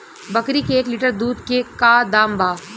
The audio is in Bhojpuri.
बकरी के एक लीटर दूध के का दाम बा?